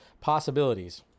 possibilities